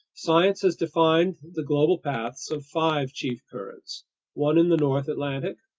science has defined the global paths of five chief currents one in the north atlantic,